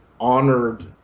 honored